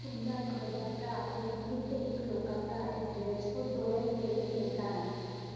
उं'दा इक बड़ा भ्राऽ ऐ अमित ते इक लौह्का भ्राऽ ऐ धीरज ओह् दोऐ गै नेता न